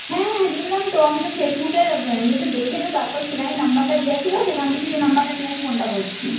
হ্যাঁ হ্যাঁ দেখলাম তো আমি তো ফেসবুকের ইয়েতে দেখে তো তারপরে সেখানেই নম্বরটা দেওয়া ছিলো সেখান থেকে তো নম্বরটা নিয়ে আমি ফোনটা করছি